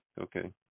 Okay